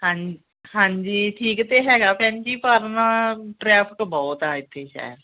ਹਾਂ ਹਾਂਜੀ ਠੀਕ ਤਾਂ ਹੈਗਾ ਭੈਣ ਜੀ ਪਰ ਨਾ ਟਰੈਫ਼ਿਕ ਬਹੁਤ ਆ ਇੱਥੇ ਸ਼ਹਿਰ